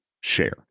Share